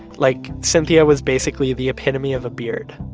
like cynthia was basically the epitome of a beard,